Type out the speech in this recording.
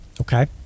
Okay